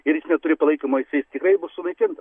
ir jis neturi palaikymo jisai tikrai bus sunaikintas